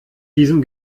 diesem